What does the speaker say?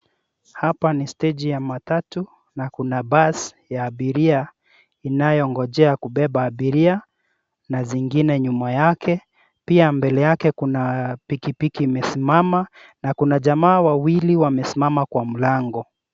Hapa ni steji ya matatu, na kuna basi ya abiria, inayongojea kubeba abiria, na zingine nyuma yake. Pia mbele yake kuna pikipiki imesimama, na kuna jamaa wawili wamesimama kwa mlango.